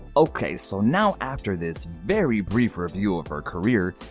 ok, so now, after this very brief review of her career,